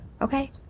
Okay